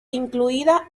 incluida